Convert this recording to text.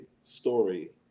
story